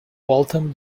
waltham